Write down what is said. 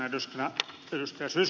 vastauksena ed